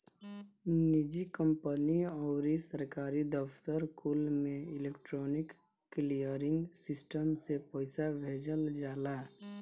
निजी कंपनी अउरी सरकारी दफ्तर कुल में इलेक्ट्रोनिक क्लीयरिंग सिस्टम से पईसा भेजल जाला